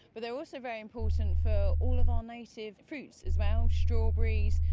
but they're also very important for all of our native fruits as well, strawberries,